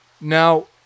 Now